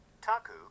taku